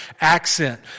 accent